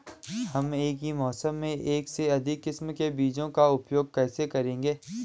हम एक ही मौसम में एक से अधिक किस्म के बीजों का उपयोग कैसे करेंगे?